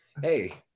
Hey